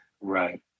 Right